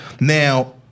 Now